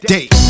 Date